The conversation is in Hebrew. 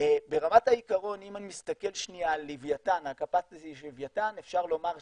ברמת העיקרון אם אני מסתכל על הקפסיטי של לווייתן אפשר לומר שליש,